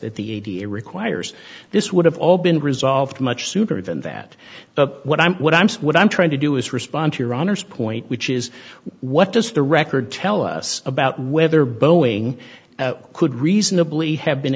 the requires this would have all been resolved much sooner than that but what i'm what i'm so what i'm trying to do is respond to your honor's point which is what does the record tell us about whether boeing could reasonably have been